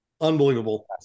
unbelievable